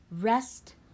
rest